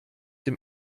dem